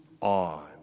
on